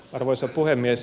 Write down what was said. arvoisa puhemies